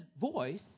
voice